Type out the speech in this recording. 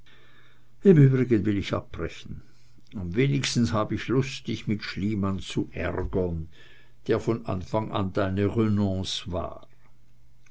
im übrigen will ich abbrechen am wenigsten hab ich lust dich mit schliemann zu ärgern der von anfang an deine renonce war